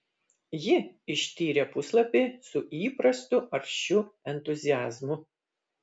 ji ištyrė puslapį su įprastu aršiu entuziazmu